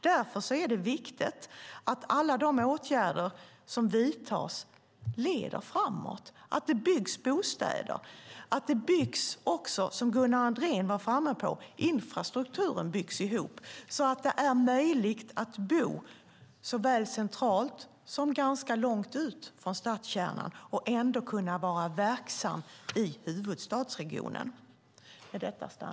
Därför är det viktigt att alla de åtgärder som vidtas leder framåt, att det byggs bostäder och att, som Gunnar Andrén var inne på, infrastrukturen byggs ihop så att det är möjligt att bo centralt men också ganska långt ut från stadskärnan och ändå kunna vara verksam i huvudstadsregionen.